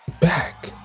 Back